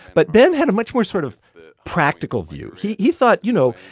but ben had a much more sort of practical view. he he thought, you know,